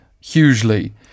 hugely